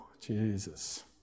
Jesus